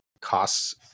costs